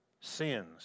sins